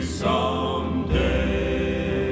someday